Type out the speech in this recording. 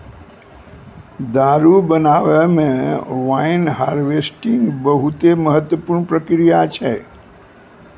दारु बनाबै मे वाइन हार्वेस्टिंग बहुते महत्वपूर्ण प्रक्रिया छै